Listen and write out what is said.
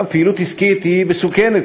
פעילות עסקית היא מסוכנת,